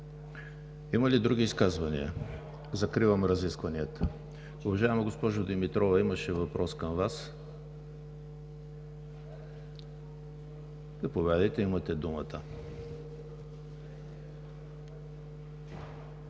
Други изказвания? Няма. Закривам разискванията. Уважаема госпожо Димитрова, имаше въпрос към Вас – заповядайте, имате думата.